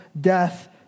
death